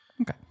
Okay